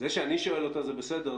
זה שאני שואל אותה זה בסדר.